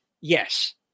yes